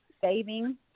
saving